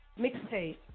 mixtape